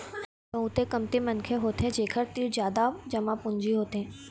बहुते कमती मनखे होथे जेखर तीर जादा जमा पूंजी होथे